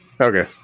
Okay